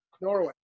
Norway